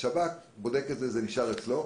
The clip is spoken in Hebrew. השב"כ בודק את זה וזה נשאר אצלו.